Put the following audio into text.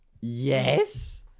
Yes